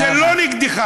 זה לא נגדך.